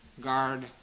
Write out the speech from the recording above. guard